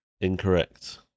Incorrect